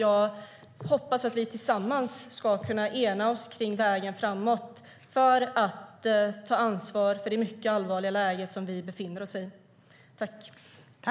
Jag hoppas att vi tillsammans ska kunna enas om vägen framåt för att ta ansvar för det mycket allvarliga läge som vi befinner oss i.